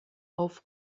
auf